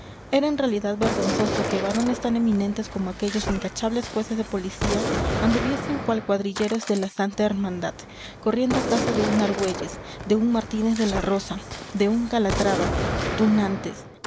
era en realidad vergonzoso que varones tan eminentes como aquellos intachables jueces de policía anduviesen cual cuadrilleros de la santa hermandad corriendo a caza de un argüelles de un martínez de la rosa de un calatrava tunantes